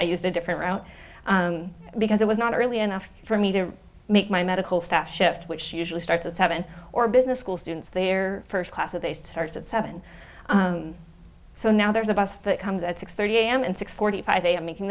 i used a different route because it was not early enough for me to make my medical staff shift which usually starts at seven or business school students their first class that they starts at seven so now there's a bus that comes at six thirty am and six forty five am making